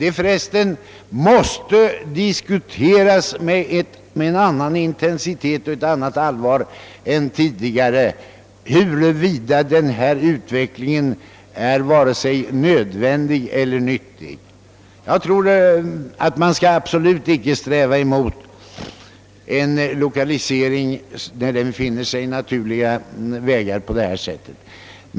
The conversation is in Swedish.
Det måste med en annan intensitet och ett annat allvar än tidigare diskuteras, huruvida denna utveckling är nödvändig eller nyttig. Jag tror absolut inte att man skall motarbeta en lokalisering när den på detta sätt finner naturliga vägar.